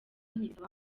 ntibisaba